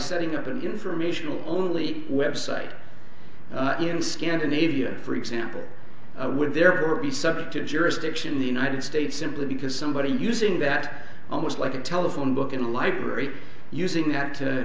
setting up an informational only website in scandinavia for example would therefore be subject to jurisdiction in the united states simply because somebody using that almost like a telephone book in a library using that